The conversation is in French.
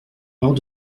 hors